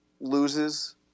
loses